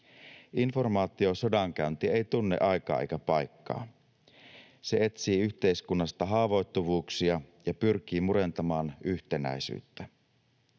Informaatiosodankäynti ei tunne aikaa eikä paikkaa. Se etsii yhteiskunnasta haavoittuvuuksia ja pyrkii murentamaan yhtenäisyyttä.